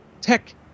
Tech